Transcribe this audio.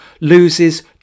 loses